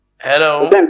Hello